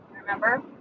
remember